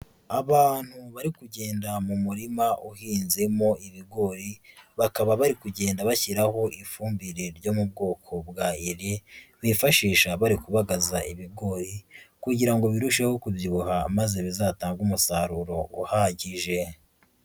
Abantu bari kugenda mu murima uhinzemo ibigori, bakaba bari kugenda bashyiraho ifumbire ryo mu bwoko bwa UREA, bifashisha bari kubagaza ibigori kugira ngo birusheho kubyibuha maze bizatange umusaruro uhagije.